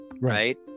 right